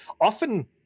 often